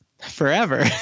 forever